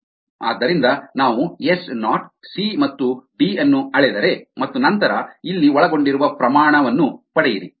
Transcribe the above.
ಆದ್ದರಿಂದ ನಾವು S naught C ಮತ್ತು ಡಿ ಅನ್ನು ಅಳೆದರೆ ಮತ್ತು ನಂತರ ಇಲ್ಲಿ ಒಳಗೊಂಡಿರುವ ಪ್ರಮಾಣ ಅನ್ನು ಪಡೆಯಿರಿ